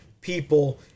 people